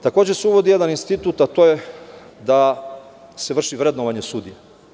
Takođe se uvodi jedan institut, a to je da se vrši vrednovanje sudija.